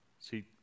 See